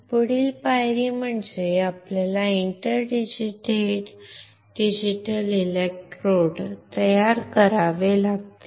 पुढील पायरी म्हणजे आपल्याला इंटरडिजिटल इलेक्ट्रोड तयार करावे लागतील